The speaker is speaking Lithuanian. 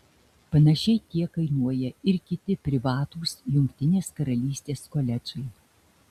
panašiai tiek kainuoja ir kiti privatūs jungtinės karalystės koledžai